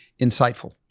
insightful